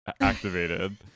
activated